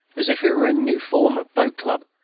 as if it were a new form of boat-club,